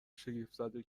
شگفتزده